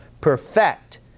perfect